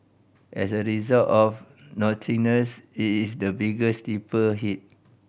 as a result of nothingness it is the biggest sleeper hit